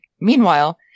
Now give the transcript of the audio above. Meanwhile